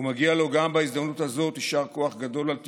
ומגיע לו גם בהזדמנות הזאת יישר כוח גדול על תפקודו,